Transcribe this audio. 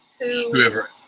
whoever